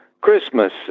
Christmas